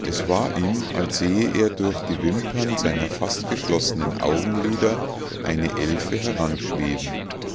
es war ihm als sehe er durch die wimpern seiner fast geschlossenen augenlider eine elfe